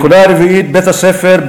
הנקודה הרביעית: בית-הספר,